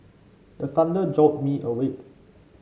the thunder jolt me awake